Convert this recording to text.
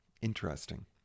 interesting